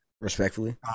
Respectfully